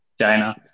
China